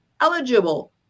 eligible